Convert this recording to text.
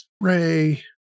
Ray